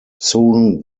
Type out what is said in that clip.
soon